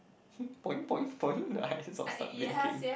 boing boing boing the eyes will start blinking